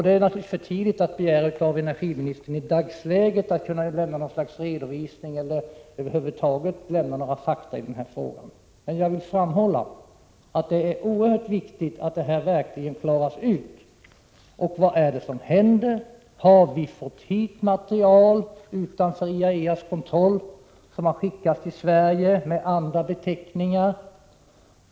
Det är naturligtvis omöjligt att begära att energiministern redan i dag skall kunna lämna något slags redovisning eller över huvud taget ange några fakta i denna fråga. Men jag vill framhålla att det är oerhört viktigt att denna fråga verkligen klaras ut. Vad är det som händer? Har vi fått hit material utanför IAEA:s kontroll, material som skickats till Sverige under andra beteckningar?